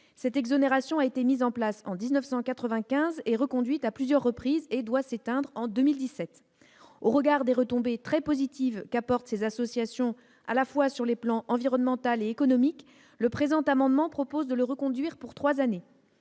Cette exonération, mise en place en 1995 et reconduite à plusieurs reprises, doit s'éteindre en 2017. Au regard des retombées très positives qu'apportent ces associations sur les plans à la fois environnemental et économique, le présent amendement a pour objet de reconduire cette